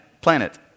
planet